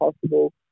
possible